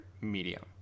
medium